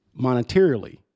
monetarily